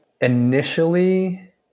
Initially